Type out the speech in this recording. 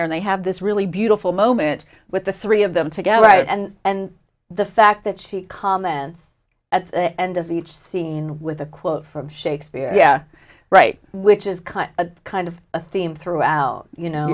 there and they have this really beautiful moment with the three of them together and and the fact that she comments at the end of each scene with a quote from shakespeare right which is kind of a kind of a theme throughout you know